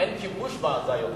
אין כיבוש בעזה יותר.